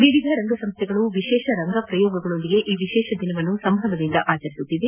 ವಿವಿಧ ರಂಗ ಸಂಸ್ಥೆಗಳು ವಿಶೇಷ ರಂಗಪ್ರಯೋಗಗಳೊಂದಿಗೆ ಈ ವಿಶೇಷ ದಿನವನ್ನು ಸಂಭ್ರಮದಿಂದ ಆಚರಿಸಲಾಗುತ್ತಿದೆ